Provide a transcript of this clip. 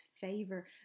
favor